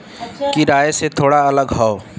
किराए से थोड़ा अलग हौ